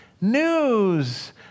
news